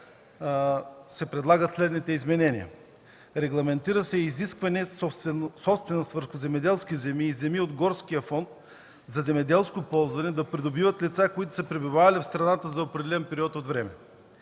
се предлагат следните изменения. Регламентира се изискване за собственост върху земеделски земи и земи от Горския фонд за земеделско ползване да придобият лица, които са пребивавали в страната за определен период от време.